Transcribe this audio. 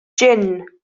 jin